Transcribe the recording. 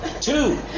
Two